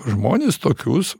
žmones tokius